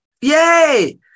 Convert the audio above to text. Yay